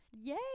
yay